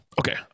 Okay